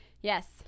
Yes